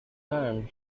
term